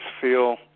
feel